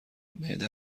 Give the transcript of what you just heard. معده